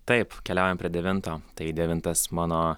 taip keliaujame per devintą tai devintas mano